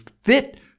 fit